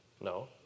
No